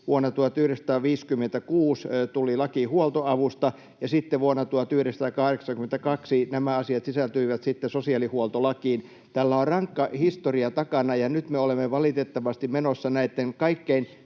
vuonna 1956 tuli laki huoltoavusta ja sitten vuonna 1982 nämä asiat sisältyivät sosiaalihuoltolakiin. Tällä on rankka historia takana, ja nyt me olemme valitettavasti menossa näitten kaikkein